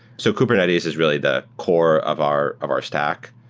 so kubernetes is really the core of our of our stack,